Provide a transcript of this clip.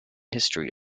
history